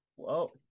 Whoa